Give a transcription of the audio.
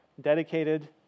dedicated